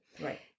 Right